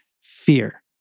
Fear